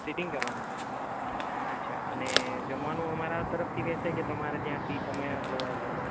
seating કરવાની છે અચ્છા અને જમવાનું અમારા તરફથી રહેશે કે તમારે ત્યાંથી તમે પ્રોવાઈડ કરવાના છો